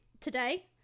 today